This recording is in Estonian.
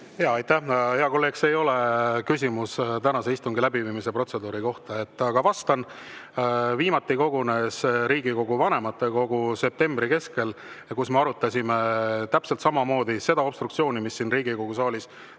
mälu! Aitäh! Hea kolleeg, see ei ole küsimus tänase istungi läbiviimise protseduuri kohta. Aga vastan: viimati kogunes Riigikogu vanematekogu septembri keskel ja siis me arutasime täpselt samamoodi seda obstruktsiooni, mis siin Riigikogu saalis